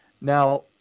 Now